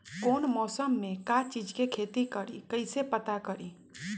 कौन मौसम में का चीज़ के खेती करी कईसे पता करी?